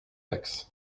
taxes